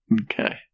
Okay